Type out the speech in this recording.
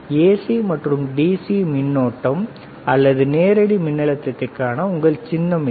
AC மற்றும் DC மின்னோட்டம் அல்லது நேரடி மின்னழுத்தத்திற்கான உங்கள் சின்னம் இது